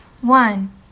One